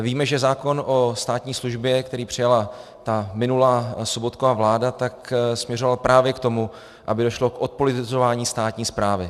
Víme, že zákon o státní službě, který přijala minulá Sobotkova vláda, směřoval právě k tomu, aby došlo k odpolitizování státní správy.